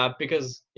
ah because, you